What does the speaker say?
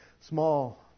small